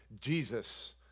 jesus